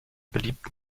beliebten